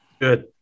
Good